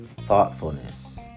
thoughtfulness